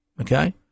Okay